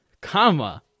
comma